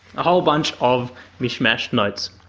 a whole bunch of mish-mashed notes.